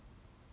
so like